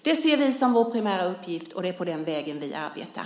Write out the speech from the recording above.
Det ser vi som vår primära uppgift, och det är på den vägen vi arbetar.